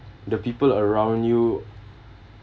the people around you